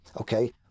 okay